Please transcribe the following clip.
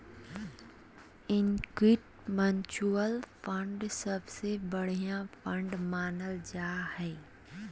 equity mutual fund सबसे बढ़िया fund मानल जा हय